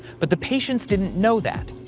but the patients didn't know that.